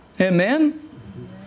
Amen